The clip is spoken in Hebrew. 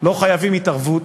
לא חייבים התערבות,